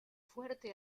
fuerte